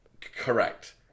Correct